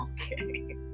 okay